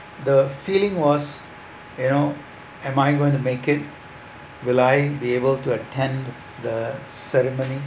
the feeling was you know am I going to make it will I be able to attend the ceremony